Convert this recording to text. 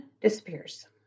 disappears